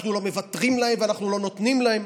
אנחנו לא מוותרים להם ואנחנו לא נותנים להם.